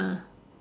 ah